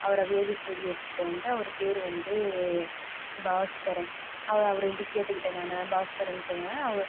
அவரை ஏவி ஸ்டூடியோஸ்க்கிட்டே வந்து அவர் பேர் வந்து பாஸ்கரன் அவர்கிட்டேயும் கேட்டுக்கிட்டேன் நான் பாஸ்கரன் சொன்னேன்ன